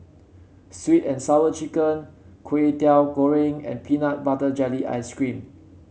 sweet and Sour Chicken Kway Teow Goreng and Peanut Butter Jelly Ice cream